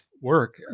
work